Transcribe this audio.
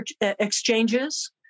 exchanges